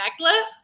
necklace